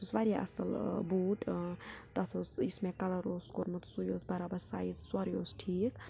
تہِ واریاہ اَصٕل بوٗٹ تَتھ اوس یُس مےٚ کلر اوس کوٚرمُت سُے اوس برابر سایز سورُے اوس ٹھیٖک